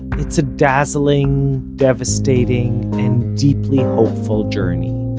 it's a dazzling, devastating and deeply hopeful journey.